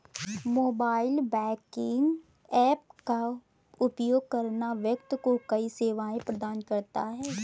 mobile banking app का उपयोग करना व्यक्ति को कई सेवाएं प्रदान करता है